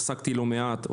עסקתי לא מעט בנושא.